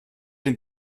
den